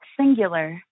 singular